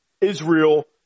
Israel